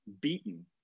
beaten